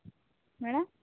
madam